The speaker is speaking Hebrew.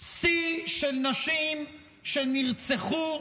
של נשים שנרצחו,